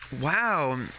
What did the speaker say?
Wow